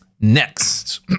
Next